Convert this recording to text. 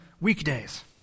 weekdays